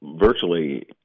virtually